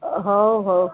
ହଉ ହଉ